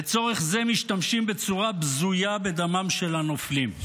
לצורך זה משתמשים בצורה בזויה בדמם של הנופלים.